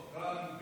יש פה מלא שקרנים.